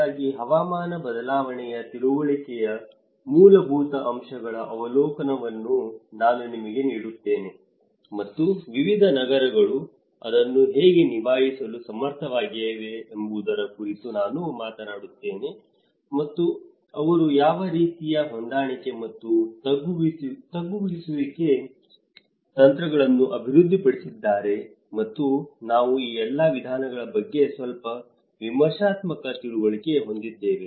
ಹಾಗಾಗಿ ಹವಾಮಾನ ಬದಲಾವಣೆಯ ತಿಳುವಳಿಕೆಯ ಮೂಲಭೂತ ಅಂಶಗಳ ಅವಲೋಕನವನ್ನು ನಾನು ನಿಮಗೆ ನೀಡುತ್ತೇನೆ ಮತ್ತು ವಿವಿಧ ನಗರಗಳು ಅದನ್ನು ಹೇಗೆ ನಿಭಾಯಿಸಲು ಸಮರ್ಥವಾಗಿವೆ ಎಂಬುದರ ಕುರಿತು ನಾನು ಮಾತನಾಡುತ್ತೇನೆ ಮತ್ತು ಅವರು ಯಾವ ರೀತಿಯ ಹೊಂದಾಣಿಕೆ ಮತ್ತು ತಗ್ಗಿಸುವಿಕೆಗೆ ತಂತ್ರಗಳನ್ನು ಅಭಿವೃದ್ಧಿಪಡಿಸುತ್ತಿದ್ದಾರೆ ಮತ್ತು ನಾವು ಈ ಎಲ್ಲಾ ವಿಧಾನಗಳ ಬಗ್ಗೆ ಸ್ವಲ್ಪ ವಿಮರ್ಶಾತ್ಮಕ ತಿಳುವಳಿಕೆ ಹೊಂದಿದ್ದೇವೆ